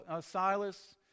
Silas